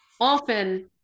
often